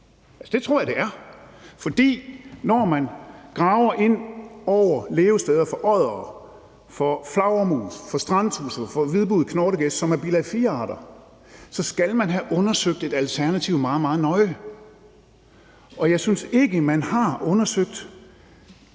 det tror jeg det er. For når man graver ind over levesteder for oddere, for flagermus, for strandtudser, for lysbugede knortegæs, som er bilag IV-arter, så skal man have undersøgt et alternativ meget, meget nøje. Og jeg synes ikke, man har undersøgt